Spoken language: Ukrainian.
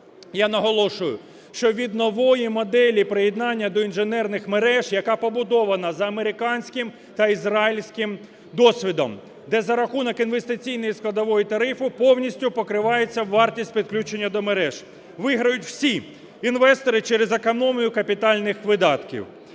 Я наголошую, що від нової моделі приєднання до інженерних мереж, яка побудована за американським та ізраїльським досвідом, де за рахунок інвестиційної складової тарифу повністю покривається вартість підключення до мереж. Виграють всі: інвестори – через економію капітальних видатків,